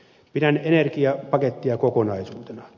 pidän energiapakettia kokonaisuutena